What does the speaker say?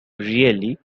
really